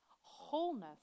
Wholeness